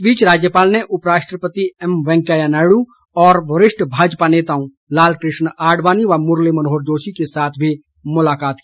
इस बीच राज्यपाल ने उपराष्ट्रपति एम वैंकेया नायड् और वरिष्ठ भाजपा नेताओं लाल कृष्ण आडवाणी व मुरली मनोहर जोशी के साथ भी मुलाकात की